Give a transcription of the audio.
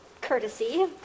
courtesy